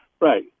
Right